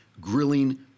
grilling